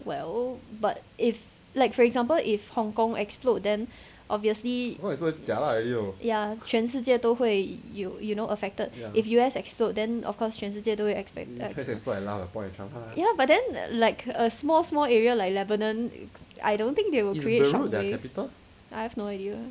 well but if like for example if hong kong explode then obviously ya 全世界都会 you you know affected if U_S explode then of course 全世界都会 expect at ya but then like a small small area like lebanon I don't think they will create shortly I have no idea